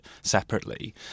separately